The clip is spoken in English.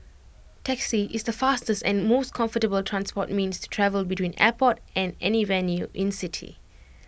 taxi is the fastest and most comfortable transport means to travel between airport and any venue in city